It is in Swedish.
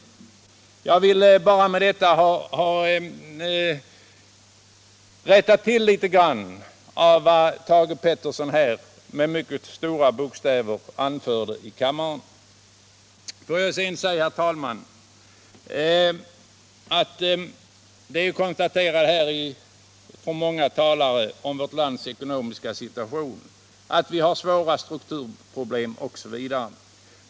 Med det jag nu sagt har jag velat rätta till litet grand av vad Thage Peterson med mycket stora bokstäver anförde här i kammaren. Det finns uppenbarligen anledning att minska stortaligheten i dessa ting från det socialdemokratiska partiets sida. Många talare har uppehållit sig vid vårt lands ekonomiska situation, att vi har svåra strukturproblem, osv.